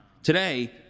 Today